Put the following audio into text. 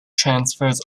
transfers